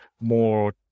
more